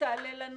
ותעלה לנו